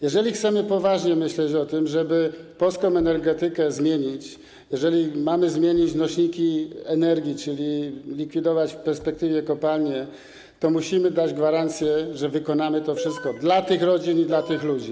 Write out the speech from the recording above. Jeżeli chcemy poważnie myśleć o tym, żeby polską energetykę zmienić, jeżeli mamy zmienić nośniki energii, czyli likwidować w perspektywie kopalnie, to musimy dać gwarancję, że wykonamy to wszystko dla tych rodzin i dla tych ludzi.